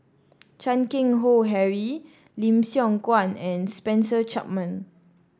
Chan Keng Howe Harry Lim Siong Guan and Spencer Chapman